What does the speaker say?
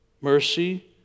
Mercy